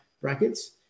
brackets